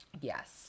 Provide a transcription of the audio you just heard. Yes